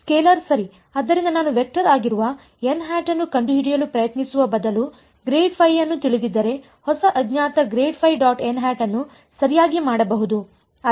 scalar ಸರಿ ಆದ್ದರಿಂದ ನಾನು ವೆಕ್ಟರ್ ಆಗಿರುವ ಅನ್ನು ಕಂಡುಹಿಡಿಯಲು ಪ್ರಯತ್ನಿಸುವ ಬದಲು ಅನ್ನು ತಿಳಿದಿದ್ದರೆ ಹೊಸ ಅಜ್ಞಾತ ಅನ್ನು ಸರಿಯಾಗಿ ಮಾಡಬಹುದು